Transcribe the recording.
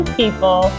people